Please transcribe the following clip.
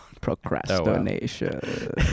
procrastination